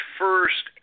first